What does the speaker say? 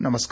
नमस्कार